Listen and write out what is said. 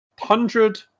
hundred